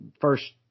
first